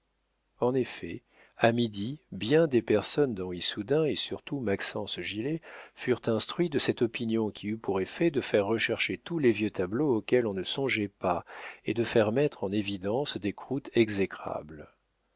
en effet à midi bien des personnes dans issoudun et surtout maxence gilet furent instruits de cette opinion qui eut pour effet de faire rechercher tous les vieux tableaux auxquels on ne songeait pas et de faire mettre en évidence des croûtes exécrables